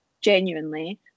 genuinely